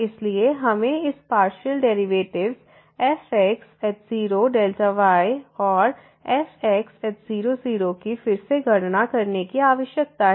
इसलिए हमें इस पार्शियल डेरिवेटिव्स fx0y और fx0 0 की फिर से गणना करने की आवश्यकता है